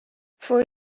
for